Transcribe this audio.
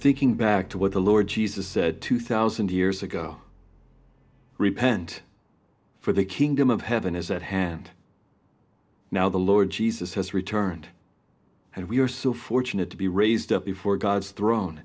thinking back to what the lord jesus said two thousand years ago repent for the kingdom of heaven is at hand now the lord jesus has returned and we are so fortunate to be raised up before god's thro